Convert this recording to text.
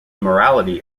morality